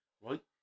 right